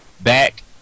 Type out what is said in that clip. back